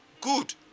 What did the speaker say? Good